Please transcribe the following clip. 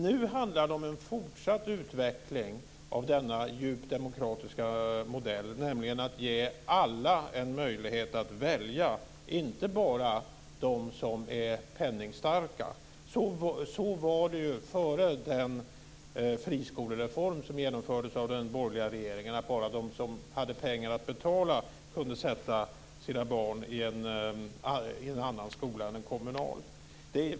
Nu handlar det om en fortsatt utveckling av denna djupt demokratiska modell, nämligen att ge alla en möjlighet att välja, inte bara de som är penningstarka. Så var det ju före den friskolereform som genomfördes av den borgerliga regeringen, att bara de som hade pengar att betala kunde sätta sina barn i en annan skola än en kommunal.